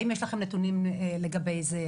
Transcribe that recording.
האם יש לכם נתונים לגבי זה?